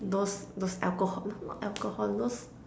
those those alcohol not alcohol those